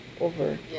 over